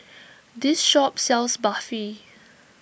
this shop sells Barfi